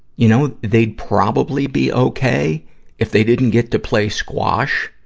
you know, they'd probably be okay if they didn't get to play squash.